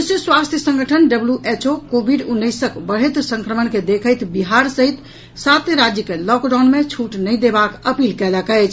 विश्व स्वास्थ्य संगठन डब्ल्यूएचओ कोविड उन्नैसक बढ़ैत संक्रमण के देखैत बिहार सहित सात राज्य के लॉकडाउन मे छूट नहि देबाक अपील कयलक अछि